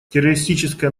террористическое